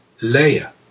layer